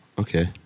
Okay